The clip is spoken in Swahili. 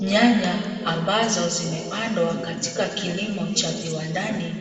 Nyanya ambazo zimepandwa katika kilimo cha viwandani,